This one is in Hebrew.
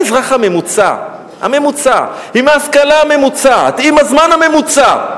האזרח הממוצע עם ההשכלה ממוצעת ועם הזמן הממוצע.